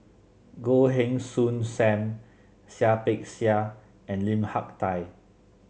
Goh Heng Soon Sam Seah Peck Seah and Lim Hak Tai